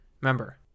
Remember